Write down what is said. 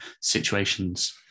situations